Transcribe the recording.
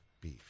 beef